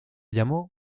llamó